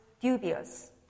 dubious